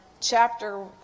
chapter